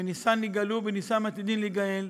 בניסן נגאלו ובניסן עתידין להיגאל,